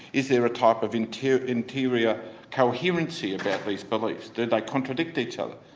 is there a type of interior interior coherency about these beliefs? do they contradict each other?